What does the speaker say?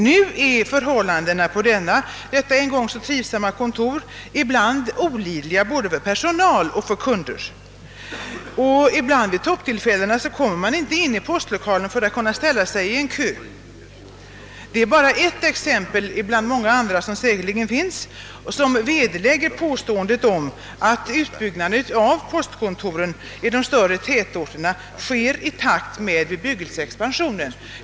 Nu är förhållandena på detta en gång så trivsamma postkontor ibland olidliga för både per sonal och kunder, Vid toppbelastning kommer man ibland inte ens in i postlokalen för att kunna ställa sig i en kö. Detta är bara ett exempel bland många andra som säkerligen kunde anföras och som vederlägger påståendet att utbyggnaden av postkontoren i de större tätorterna sker i takt med bebyggelseexpansionen.